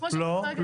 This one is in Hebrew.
לא.